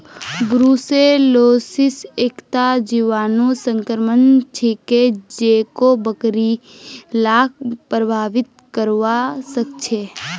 brucellosis एकता जीवाणु संक्रमण छिके जेको बकरि लाक प्रभावित करवा सकेछे